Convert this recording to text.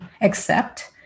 accept